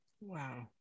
Wow